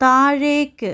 താഴേക്ക്